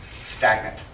stagnant